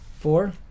Four